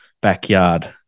backyard